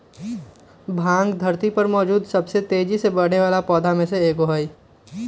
भांग धरती पर मौजूद सबसे तेजी से बढ़ेवाला पौधा में से एगो हई